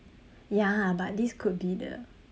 ya but this could be the